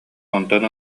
онтон